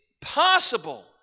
possible